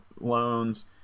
loans